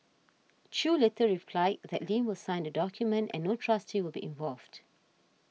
Chew later replied that Lam will sign the document and no trustee will be involved